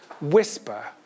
whisper